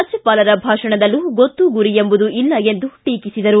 ರಾಜ್ಯವಾಲರ ಭಾಷಣದಲ್ಲೂ ಗೊತ್ತು ಗುರಿ ಎಂಬುದು ಇಲ್ಲ ಎಂದು ಟೀಕಿಸಿದರು